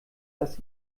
dass